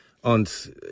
Und